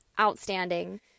outstanding